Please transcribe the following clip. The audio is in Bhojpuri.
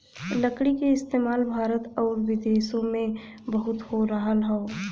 लकड़ी क इस्तेमाल भारत आउर विदेसो में बहुत हो रहल हौ